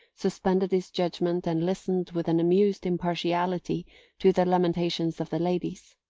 suspended his judgment and listened with an amused impartiality to the lamentations of the ladies.